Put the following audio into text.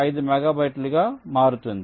5 మెగాబైట్లుగా మారుతుంది